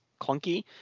clunky